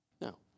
No